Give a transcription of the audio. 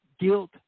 Guilt